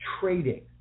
trading